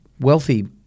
wealthy